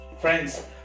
Friends